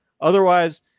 Otherwise